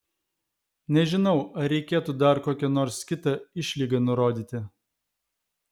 nežinau ar reikėtų dar kokią nors kitą išlygą nurodyti